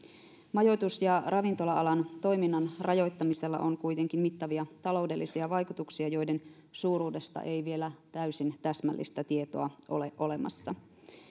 majoitus ja ravintola alan toiminnan rajoittamisella on kuitenkin mittavia taloudellisia vaikutuksia joiden suuruudesta ei vielä täysin täsmällistä tietoa ole olemassa